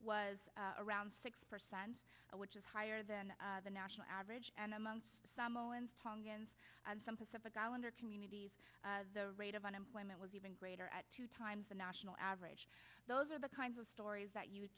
was around six percent which is higher than the national average and among some owens tongans and some pacific islander communities the rate of unemployment was even greater at two times the national average those are the kinds of stories that you